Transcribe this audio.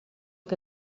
que